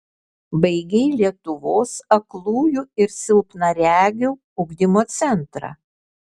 baigei lietuvos aklųjų ir silpnaregių ugdymo centrą